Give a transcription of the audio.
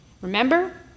remember